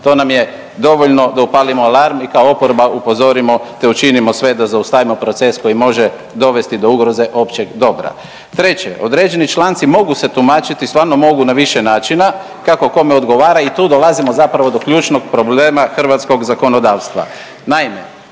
To nam je dovoljno da upalimo alarm i kao oporba upozorimo te učinimo sve da zaustavimo proces koji može dovesti do ugroze općeg dobra. Treće, određeni članci mogu se tumačiti, stvarno mogu na više načina kako kome odgovara i tu dolazimo zapravo do ključnog problema hrvatskog zakonodavstva.